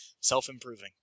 self-improving